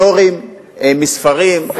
פטורים לספרים,